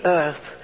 earth